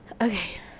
Okay